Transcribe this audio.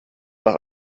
nach